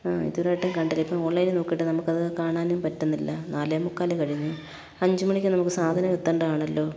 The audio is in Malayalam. ആ ഇതുവരെയായിട്ടും കണ്ടില്ല ഇപ്പം ഓൺലൈനിൽ നോക്കിയിട്ട് നമുക്കത് കാണാനും പറ്റുന്നില്ല നാലേ മുക്കാൽ കഴിഞ്ഞു അഞ്ചു മണിക്ക് സാധനം എത്തേണ്ടതാണല്ലോ